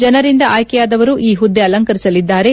ಜನರಿಂದ ಆಯ್ಕೆಯಾದವರು ಈ ಪುದ್ದೆ ಅಲಂಕರಿಸಲಿದ್ದಾರೆ